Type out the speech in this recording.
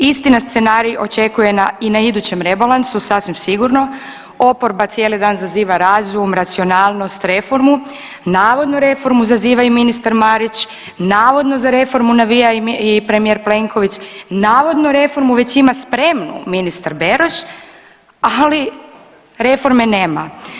Isti nas scenarij očekuje i na idućem rebalansu sasvim sigurno, oporba cijeli dan zaziva razum, racionalnost, reformu, navodnu reformu zaziva i ministar Marić, navodno za reformu navija i premijer Plenković, navodno reformu već ima spremnu ministar Beroš, ali reforme nema.